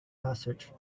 passage